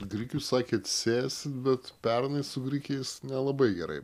grikių sakėt sėsit bet pernai su grikiais nelabai gerai